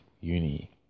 uni